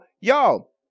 y'all